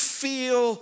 feel